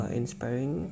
inspiring